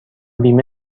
بیمه